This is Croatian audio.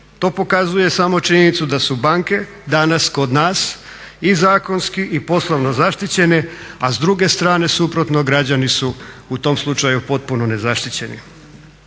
To pokazuje samo činjenicu da su banke danas kod nas i zakonski i poslovno zaštićene a s druge strane suprotno građani su u tom slučaju potpuno nezaštićeni.